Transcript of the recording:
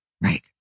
Right